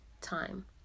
time